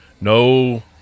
no